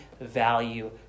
value